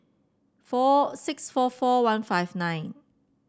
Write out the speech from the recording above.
four six four four one five nine